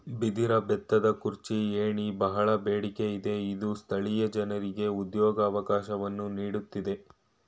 ಬಿದಿರ ಬೆತ್ತದ ಕುರ್ಚಿ, ಏಣಿ, ಬಹಳ ಬೇಡಿಕೆ ಇದೆ ಇದು ಸ್ಥಳೀಯ ಜನರಿಗೆ ಉದ್ಯೋಗವಕಾಶವನ್ನು ನೀಡುತ್ತಿದೆ